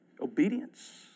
obedience